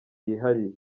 yihariye